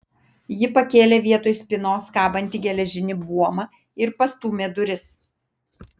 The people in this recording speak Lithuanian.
ji pakėlė vietoj spynos kabantį geležinį buomą ir pastūmė duris